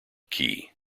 key